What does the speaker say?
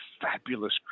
fabulous